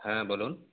হ্যাঁ বলুন